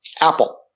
Apple